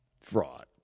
fraud